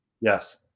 Yes